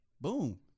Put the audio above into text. boom